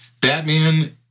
Batman